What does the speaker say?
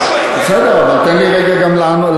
הוא שואל, בסדר, אבל תן לי גם להגיב.